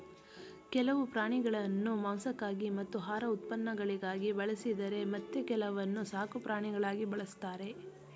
ಕೆಲವು ಪ್ರಾಣಿಗಳನ್ನು ಮಾಂಸಕ್ಕಾಗಿ ಮತ್ತು ಆಹಾರ ಉತ್ಪನ್ನಗಳಿಗಾಗಿ ಬಳಸಿದರೆ ಮತ್ತೆ ಕೆಲವನ್ನು ಸಾಕುಪ್ರಾಣಿಗಳಾಗಿ ಬಳ್ಸತ್ತರೆ